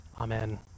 Amen